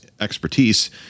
expertise